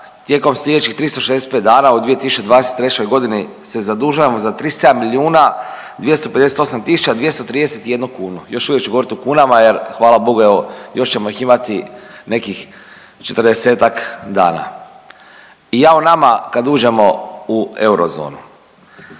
tijekom sljedećih 365 dana u 2023. g. se zadužujemo za 37 258 231 kunu. Još uvijek ću govoriti u kunama jer, hvala Bogu, evo, još ćemo ih imati nekih 40-ak dana i jao nama kad uđemo u eurozonu.